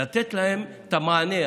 לתת להן את המענה.